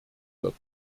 wird